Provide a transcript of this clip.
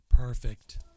Perfect